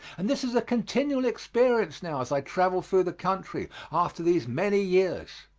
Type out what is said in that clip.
and this is a continual experience now as i travel through the country, after these many years.